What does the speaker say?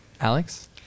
alex